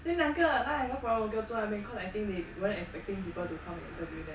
then 两个那两个 foreign worker 坐在那边 cause I think they weren't expecting people to come and interview them